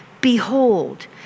Behold